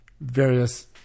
various